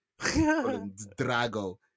Drago